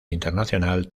internacional